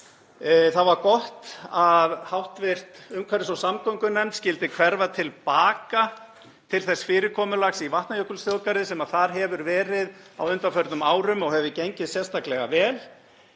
Það var gott að hv. umhverfis- og samgöngunefnd skyldi hverfa til baka til þess fyrirkomulags í Vatnajökulsþjóðgarði sem þar hefur verið á undanförnum árum og hefur gengið sérstaklega vel.